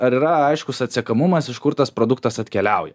ar yra aiškus atsekamumas iš kur tas produktas atkeliauja